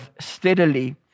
steadily